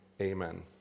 amen